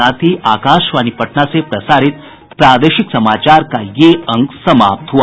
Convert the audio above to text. इसके साथ ही आकाशवाणी पटना से प्रसारित प्रादेशिक समाचार का ये अंक समाप्त हुआ